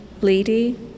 Lady